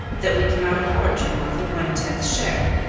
that we cannot award you more than one tenth share.